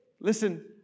listen